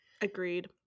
Agreed